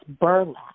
burlap